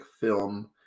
film